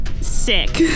sick